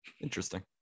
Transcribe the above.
Interesting